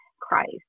Christ